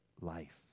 life